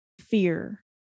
fear